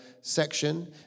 section